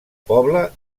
pobla